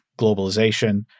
globalization